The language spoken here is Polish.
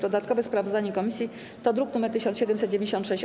Dodatkowe sprawozdanie komisji to druk nr 1796-A.